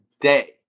day